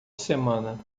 semana